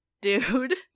dude